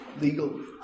legal